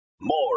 More